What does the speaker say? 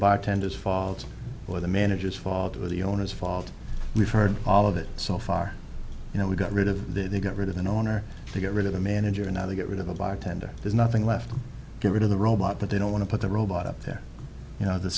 bartender's fault or the manager's fault with the owners fault we've heard all of it so far you know we got rid of that they got rid of an owner to get rid of the manager another get rid of the bartender there's nothing left to get rid of the robot but they don't want to put the robot up there you know the